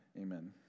Amen